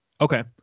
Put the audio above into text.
Okay